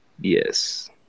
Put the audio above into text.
Yes